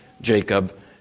Jacob